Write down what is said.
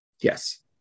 Yes